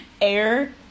Air